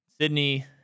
Sydney